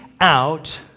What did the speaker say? out